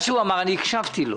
הקשבתי לו.